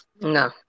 No